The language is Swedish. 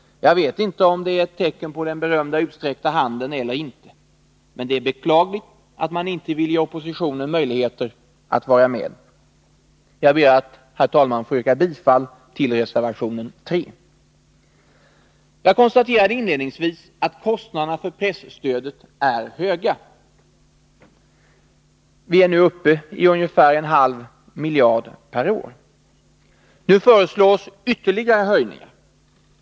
Jag vet inte om detta är ett tecken på den berömda utsträckta handen eller inte. Men det är beklagligt att man inte vill ge oppositionen möjligheter att vara med. Jag ber, herr talman, att få yrka bifall till reservationen 3. Jag konstaterade inledningsvis att kostnaderna för presstödet är höga — vi är nu uppe i en halv miljard per år. Nu föreslås ytterligare höjningar.